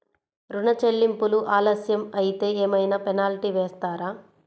ఋణ చెల్లింపులు ఆలస్యం అయితే ఏమైన పెనాల్టీ వేస్తారా?